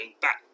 back